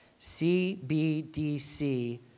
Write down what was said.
CBDC